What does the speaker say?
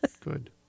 Good